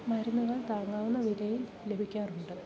മരുന്നുകൾ താങ്ങാവുന്ന വിലയിൽ ലഭിക്കാറുണ്ട്